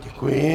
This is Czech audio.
Děkuji.